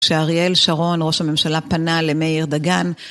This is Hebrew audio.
כשאריאל שרון ראש הממשלה פנה למאיר דגן